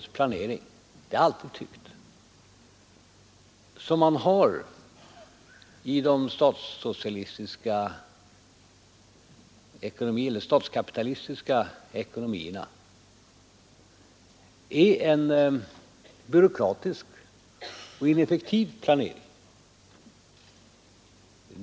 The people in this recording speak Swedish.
Jag tycker, och det har jag alltid tyckt, att den typ av ekonomisk planering som man har i de statskapitalistiska ekonomierna är en byråkratisk och ineffektiv planering.